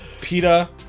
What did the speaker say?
PETA